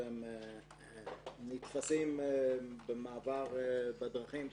שנתפסים במעבר בדרכים,